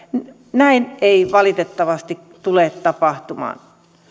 näin ei valitettavasti tule tapahtumaan